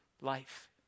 life